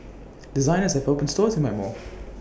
designers have opened stores in my mall